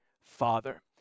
Father